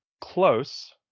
close